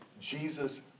Jesus